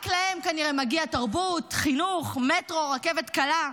רק להם כנראה מגיע תרבות, חינוך, מטרו, רכבת קלה.